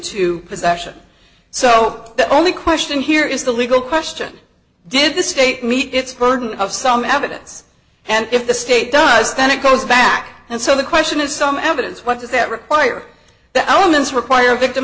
possession so the only question here is the legal question did the state meet its burden of some evidence and if the state does then it goes back and so the question is some evidence what does that require the elements require a victim